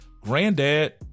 granddad